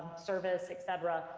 service, etc,